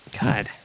God